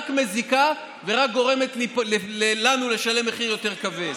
רק מזיקה ורק גורמת לנו לשלם מחיר יותר כבד.